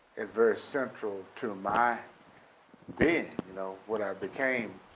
very central to my being, you know what i became.